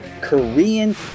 Korean